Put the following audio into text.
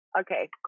Okay